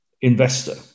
investor